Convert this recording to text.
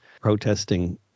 protesting